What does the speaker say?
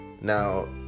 Now